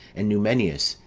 and numenius,